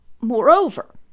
moreover